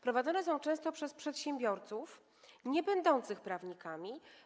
Prowadzone są często przez przedsiębiorców niebędących prawnikami.